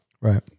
Right